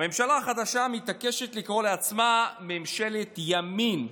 הממשלה החדשה מתעקשת לקרוא לעצמה "ממשלת ימין",